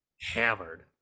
hammered